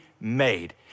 made